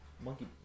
monkey